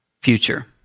future